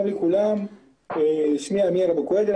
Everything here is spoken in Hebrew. בבקשה.